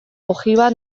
ojiba